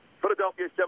Philadelphia